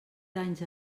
danys